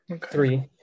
Three